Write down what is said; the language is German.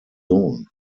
sohn